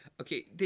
okay